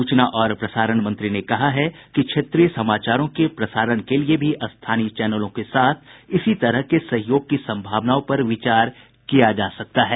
सूचना और प्रसारण मंत्री ने कहा है कि क्षेत्रीय समाचारों के प्रसारण के लिए भी स्थानीय चैनलों के साथ इसी तरह के सहयोग की संभावनाओं पर विचार किया जा सकता है